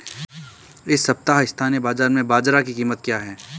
इस सप्ताह स्थानीय बाज़ार में बाजरा की कीमत क्या है?